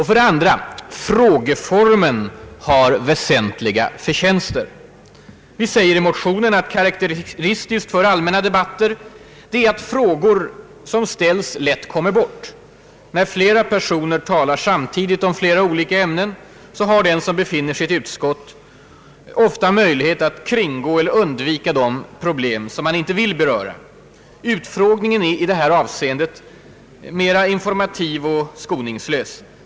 För det andra: frågeformen har väsentliga förtjänster. »Karakteristiskt för allmänna debatter är att frågor som ställs lätt kommer bort, när flera personer talar samtidigt om flera olika ämnen har den som befinner sig i ett utsatt läge ofta möjlighet att kringgå eller undvika de problem som han inte vill beröra. Utfrågningen är i detta avseende mera informativ och skoningslös.